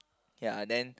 ya then